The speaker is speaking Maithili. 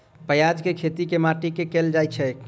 प्याज केँ खेती केँ माटि मे कैल जाएँ छैय?